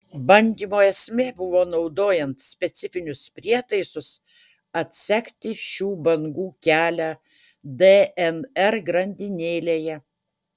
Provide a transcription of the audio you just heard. bandymo esmė buvo naudojant specifinius prietaisus atsekti šių bangų kelią dnr grandinėlėje